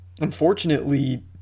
unfortunately